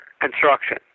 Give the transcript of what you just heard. construction